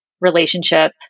relationship